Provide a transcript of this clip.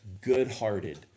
good-hearted